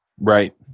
Right